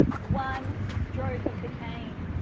one stroke of the cane.